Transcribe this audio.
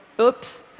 oops